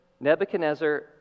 Nebuchadnezzar